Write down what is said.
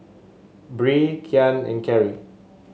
Bree Kian and Kerry